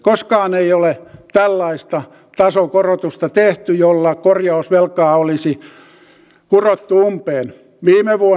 koskaan ei ole tällaista tasokorotusta tehty jolla korjausvelkaa olisi kurottu umpeen